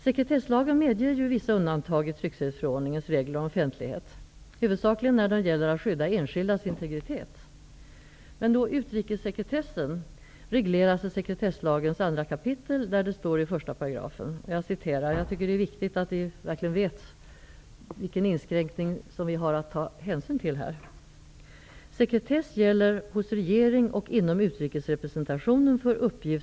Sekretesslagen medger vissa undantag i tryckfrihetsförordningens regler om offentlighet, huvudsakligen när det gäller att skydda enskildas integritet.